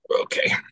Okay